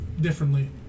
differently